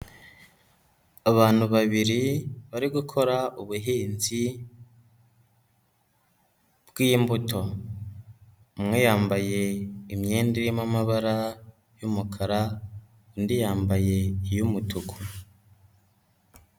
Abantu babiri bari gukora ubuhinzi bw'imbuto, umwe yambaye imyenda irimo amabara y'umukara undi yambaye iy'umutuku.